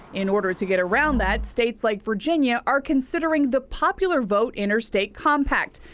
in order to get around that, states like virginia are considering the popular vote interstate compact,